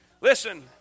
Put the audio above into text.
Listen